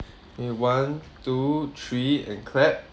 in one two three and clap